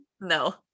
No